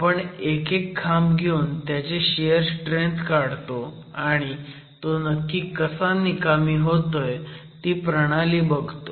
आपण एक एक खांब घेऊन त्याची शियर स्ट्रेंथ काढतो आणि तो नक्की कसा निकामी होतोय ती प्रणाली बघतो